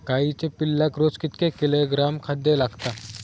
गाईच्या पिल्लाक रोज कितके किलोग्रॅम खाद्य लागता?